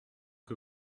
que